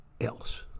else